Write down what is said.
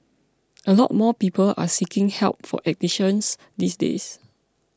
a lot more people are seeking help for addictions these days